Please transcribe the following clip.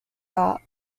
art